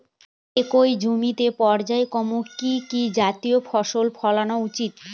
একই জমিতে পর্যায়ক্রমে কি কি জাতীয় ফসল ফলানো উচিৎ?